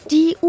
Die